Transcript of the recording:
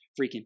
freaking